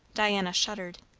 diana shuddered.